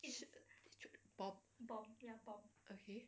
i~ i~ ish~ bomb okay